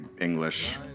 English